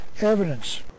evidence